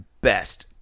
best